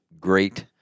great